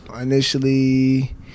initially